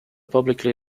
publicly